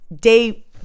day